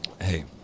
Hey